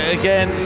again